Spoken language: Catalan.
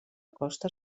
costa